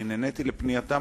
נעניתי לפנייתם.